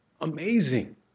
Amazing